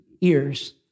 ears